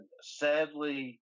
sadly